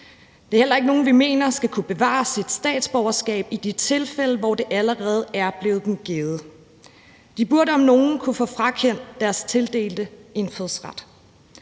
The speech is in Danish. Det er heller ikke nogen, vi mener skal kunne bevare deres statsborgerskab i de tilfælde, hvor det allerede er blevet dem givet. De burde om nogen kunne få frakendt deres tildelte indfødsret.